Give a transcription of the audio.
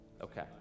Okay